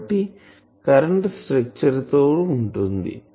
కాబట్టి current structure తో ఉంటుంది